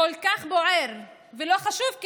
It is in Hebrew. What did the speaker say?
הבוער כל כך ולא חשוב,